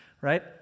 right